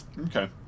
Okay